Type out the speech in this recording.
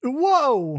whoa